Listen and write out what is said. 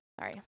Sorry